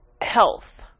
health